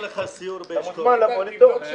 אתה מוזמן לבוא לטעום.